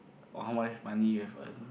or how much money you have earned